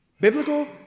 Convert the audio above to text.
Biblical